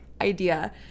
idea